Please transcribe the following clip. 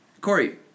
Corey